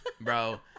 bro